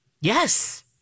Yes